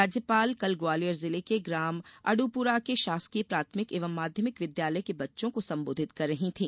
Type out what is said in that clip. राज्यपाल कल ग्वालियर जिले के ग्राम अड्रपुरा के शासकीय प्राथमिक एवं माध्यमिक विद्यालय के बच्चों को संबोधित कर रही थीं